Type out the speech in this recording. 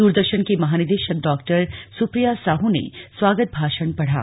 दूरदर्शन की महानिदेशक डॉ सुप्रिया साहू ने स्वागत भाषण पढ़ा